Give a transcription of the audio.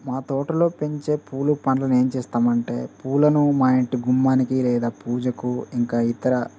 మా తోటలో పెంచే పూలు పండ్లను ఏం చేస్తామంటే పూలను మా ఇంటి గుమ్మానికి లేదా పూజకు ఇంకా ఇతర